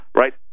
right